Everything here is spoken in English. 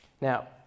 now